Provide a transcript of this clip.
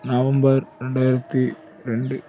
November ரெண்டாயிரத்தி ரெண்டு